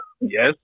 Yes